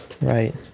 Right